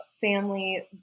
family